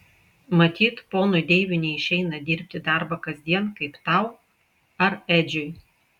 matyt ponui deiviui neišeina dirbti darbą kasdien kaip tau ar edžiui